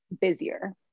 busier